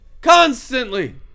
Constantly